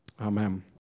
Amen